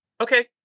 okay